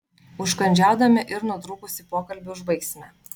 užkandžiaudami ir nutrūkusį pokalbį užbaigsime